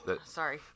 Sorry